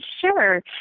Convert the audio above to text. Sure